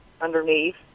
underneath